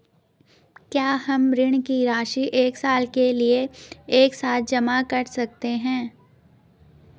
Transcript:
क्या हम ऋण की राशि एक साल के लिए एक साथ जमा कर सकते हैं?